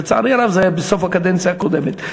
לצערי הרב, זה היה בסוף הקדנציה הקודמת.